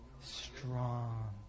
Strong